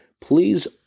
please